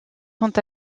sont